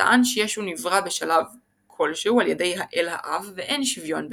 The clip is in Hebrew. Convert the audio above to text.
שטען שישו נברא בשלב כלשהו על ידי האל האב ואין שוויון ביניהם,